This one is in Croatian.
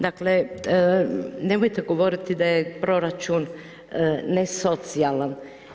Dakle, nemojte govoriti da je proračun nesocijalan.